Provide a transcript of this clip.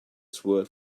sword